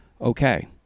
Okay